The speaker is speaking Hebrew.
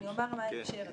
אני אומר מה ההקשר.